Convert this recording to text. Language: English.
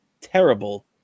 terrible